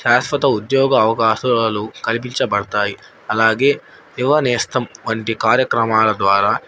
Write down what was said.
శాశ్వత ఉద్యోగ అవకాశలు కల్పించబడతాయి అలాగే యువనేస్తం వంటి కార్యక్రమాల ద్వారా